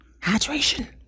Hydration